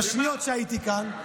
בשניות שהייתי כאן,